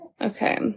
Okay